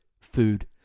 food